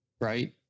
right